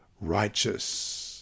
righteous